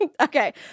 Okay